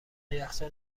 یخچال